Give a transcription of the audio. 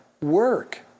work